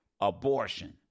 abortion